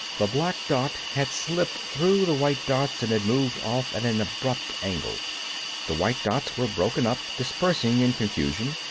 the black dot had slipped through the white dots and had moved off at an abrupt angle the white dots were broken up, dispersing in confusion.